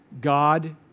God